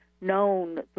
known